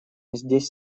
здесь